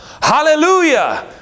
Hallelujah